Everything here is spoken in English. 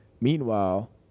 Meanwhile